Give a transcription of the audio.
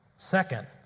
Second